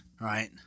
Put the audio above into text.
Right